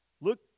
Look